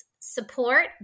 support